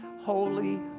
holy